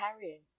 carrying